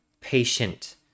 patient